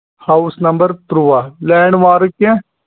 house number تُرٛواہ landmark کیٚنٛہہ